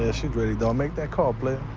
ah she ready though, make that call, player.